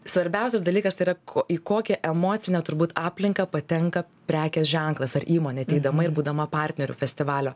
svarbiausias dalykas tai yra ko į kokią emocinę turbūt aplinką patenka prekės ženklas ar įmonė ateidama ir būdama partneriu festivalio